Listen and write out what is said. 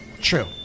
True